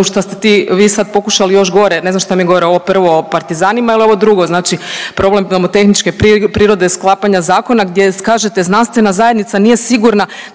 u što ste ti, vi sad pokušali još gore, ne znam šta mi je gore ovo prvo o partizanima ili ovo drugo. Znači problem nomotehničke prirode sklapanja zakona gdje kažete znanstvena zajednica nije sigurna